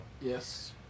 Yes